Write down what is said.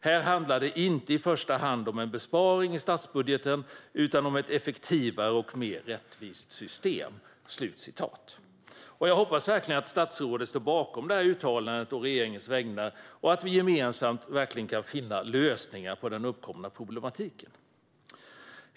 Här handlar det inte i första hand om en besparing i statsbudgeten utan om ett effektivare och mer rättvist system." Jag hoppas verkligen att statsrådet å regeringens vägnar står bakom det här uttalandet och att vi gemensamt kan finna lösningar på den uppkomna problematiken.